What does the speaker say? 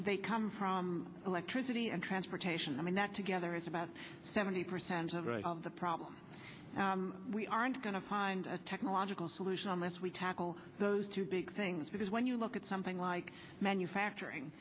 they come from electricity and transportation i mean that together is about seventy percent of the problem we aren't going to find a technological solution unless we tackle those two big things because when you look at something like